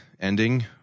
ending